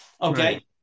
Okay